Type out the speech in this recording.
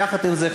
יחד עם זה,